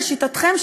לשיטתכם,